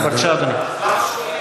בבקשה, אדוני.